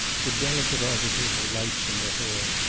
the delicate artificial lights in her hair,